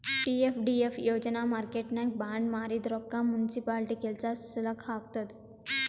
PFDF ಯೋಜನಾ ಮಾರ್ಕೆಟ್ನಾಗ್ bond ಮಾರಿದ್ ರೊಕ್ಕಾ ಮುನ್ಸಿಪಾಲಿಟಿ ಕೆಲ್ಸಾ ಸಲಾಕ್ ಹಾಕ್ತುದ್